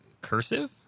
cursive